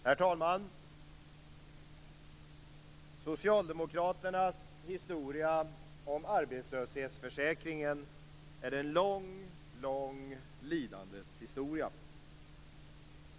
Herr talman! Socialdemokraternas historia om arbetslöshetsförsäkringen är en lång, lång lidandets historia.